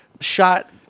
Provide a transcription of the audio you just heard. shot